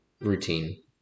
routine